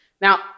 Now